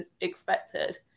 expected